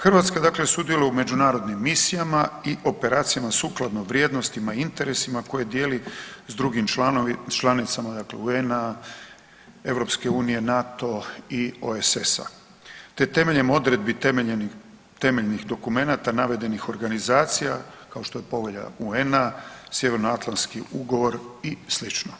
Hrvatska dakle sudjeluje u međunarodnim misijama i operacijama sukladno vrijednostima i interesima koje dijeli s drugim članicama dakle UN-a, EU-a, NATO i OESS-a te temeljem odredbi temeljnih dokumenata navedenih organizacija, kao što je Povelja UN-a, Sjevernoatlantski ugovor i sl.